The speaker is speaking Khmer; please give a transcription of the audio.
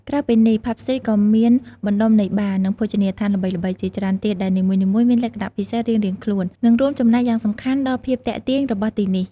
ក្រៅពីនេះ ផាប់ ស្ទ្រីត ក៏មានបណ្ដុំនៃបារ និងភោជនីយដ្ឋានល្បីៗជាច្រើនទៀត ដែលនីមួយៗមានលក្ខណៈពិសេសរៀងៗខ្លួន និងរួមចំណែកយ៉ាងសំខាន់ដល់ភាពទាក់ទាញរបស់ទីនេះ។